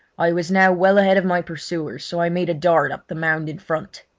i was now well ahead of my pursuers, so i made a dart up the mound in front.